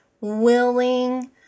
willing